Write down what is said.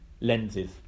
lenses